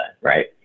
right